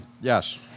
Yes